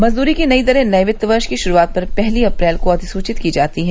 मजदूरी की नई दरें नये वित्त वर्ष की शुरूआत पर पहली अप्रैल को अधिसूचित की जाती हैं